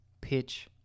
pitch